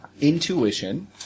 intuition